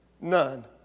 None